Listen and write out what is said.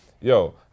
yo